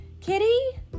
Kitty